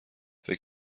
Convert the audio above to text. فکر